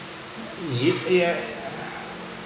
yeah yeah